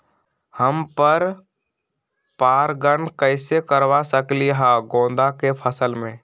हम पर पारगन कैसे करवा सकली ह गेंदा के फसल में?